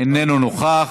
איננו נוכח.